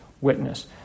witness